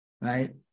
right